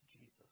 Jesus